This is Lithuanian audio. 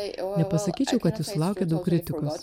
nepasakyčiau kad jis sulaukė daug kritikos